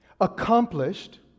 accomplished